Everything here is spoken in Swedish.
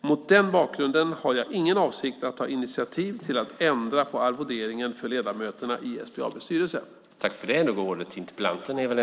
Mot den bakgrunden har jag ingen avsikt att ta initiativ till att ändra på arvoderingen för ledamöterna i SBAB:s styrelse.